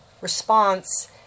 response